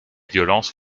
violences